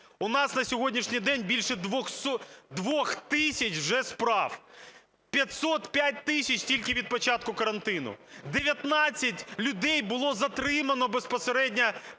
У нас на сьогоднішній день більше 2 тисяч вже справ, 505 тисяч – тільки від початку карантину. 19 людей було затримано безпосередньо